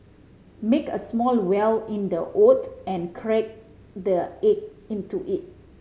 make a small well in the oat and crack the egg into it